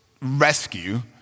rescue